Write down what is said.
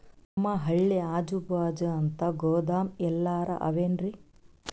ನಮ್ ಹಳ್ಳಿ ಅಜುಬಾಜು ಅಂತ ಗೋದಾಮ ಎಲ್ಲರೆ ಅವೇನ್ರಿ?